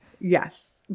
yes